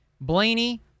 Blaney